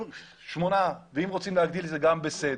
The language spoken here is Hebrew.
שמונה, ואם רוצים להגדיל, זה בסדר,